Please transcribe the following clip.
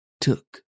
Took